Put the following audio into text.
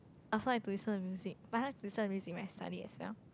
also I like to listen to music but I like to listen to music and study myself